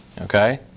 Okay